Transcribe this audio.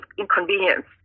inconvenience